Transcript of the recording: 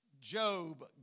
Job